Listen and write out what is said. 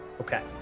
Okay